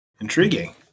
Intriguing